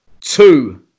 two